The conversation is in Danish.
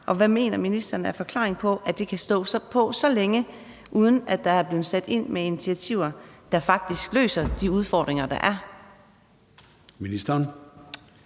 Hvad mener ministeren er forklaringen på, at det kan stå på så længe, uden at der er blevet sat ind med initiativer, der faktisk kunne løse de udfordringer, der er?